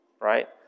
right